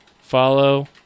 follow